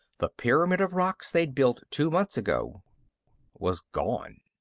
the pyramid of rocks they'd built two months ago was gone!